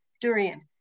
Durian